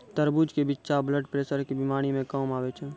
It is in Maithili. तरबूज के बिच्चा ब्लड प्रेशर के बीमारी मे काम आवै छै